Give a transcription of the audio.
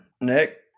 Nick